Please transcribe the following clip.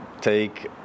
take